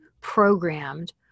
programmed